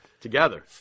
together